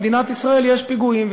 במדינת ישראל יש פיגועים,